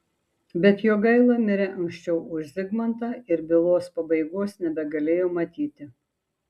bet jogaila mirė anksčiau už zigmantą ir bylos pabaigos nebegalėjo matyti